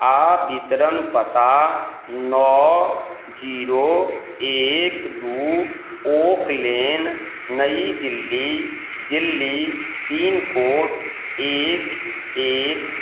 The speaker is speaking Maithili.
आओर वितरण पता नओ जीरो एक दुइ ओक्लेन नइ दिल्ली दिल्ली पिनकोड एक एक